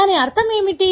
దాని అర్థం ఏమిటి